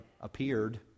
appeared